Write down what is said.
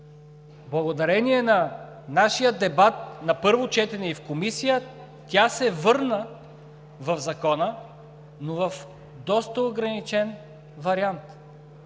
Благодарение на нашия дебат на първо четене и в Комисията, тя се върна в Закона, но в доста ограничен вариант.